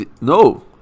no